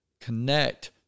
connect